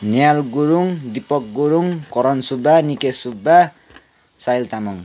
Nehal Gurung Dipak Gurung Karan Subba Nikesh Subba Sahil Tamang